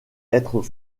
être